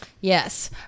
Yes